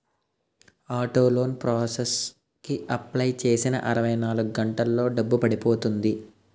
auto loan process కి apply చేసిన ఇరవై నాలుగు గంటల్లో డబ్బు పడిపోతుంది